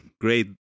great